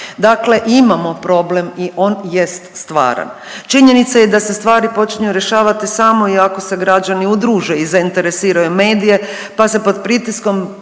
Dakle imamo problem i on jest stvaran. Činjenica je da se stvari počinju rješavati samo i ako se građani udruže i zainteresiraju medije, pa se pod pritiskom